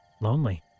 lonely